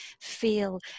feel